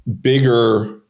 bigger